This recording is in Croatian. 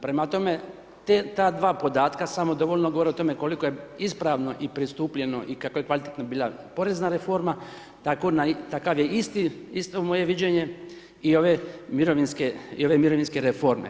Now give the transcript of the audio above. Prema tome, ta dva podatka samo dovoljno govore o tome koliko je ispravno i pristupljeno i kako je kvalitetno bila porezna reforma, takav je isto moje viđenje i ove mirovinske reforme.